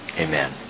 Amen